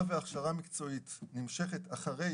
היה וההכשרה המקצועית נמשכת אחרי